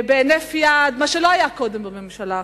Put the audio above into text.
בהינף יד, מה שלא היה קודם, בממשלה הקודמת.